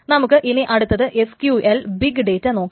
നമുക്ക് ഇനി അടുത്തത് SQL ബിഗ് ഡേറ്റ നോക്കാം